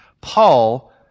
Paul